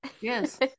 yes